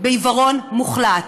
בעיוורון מוחלט.